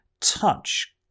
touch